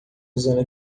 usando